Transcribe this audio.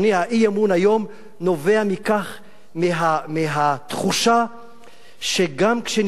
האי-אמון היום נובע מהתחושה שגם כשנשאר